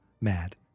Mad